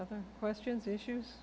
other questions issues